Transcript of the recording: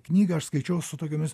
knygą aš skaičiau su tokiomis